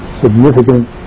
significant